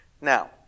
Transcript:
Now